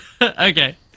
Okay